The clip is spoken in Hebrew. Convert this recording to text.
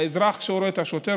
האזרח שרואה את השוטר,